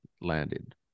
landed